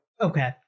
Okay